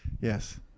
Yes